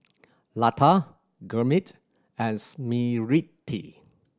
Lata Gurmeet and Smriti